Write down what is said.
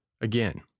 again